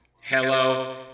Hello